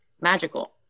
magical